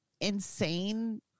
insane